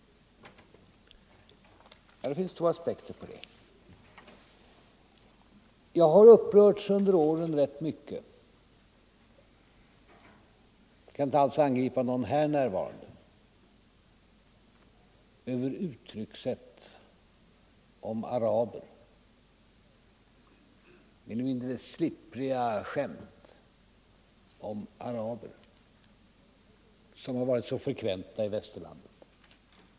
Det finns två aspekter på detta. Jag har under åren upprörts rätt mycket — jag skall inte alls angripa någon här närvarande — över uttryckssätt om araber, mer eller mindre slippriga skämt om araber, som har varit så frekventa i västerlandet.